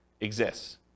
exists